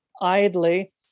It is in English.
idly